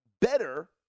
better